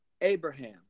Abraham